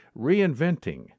reinventing